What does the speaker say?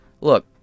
Look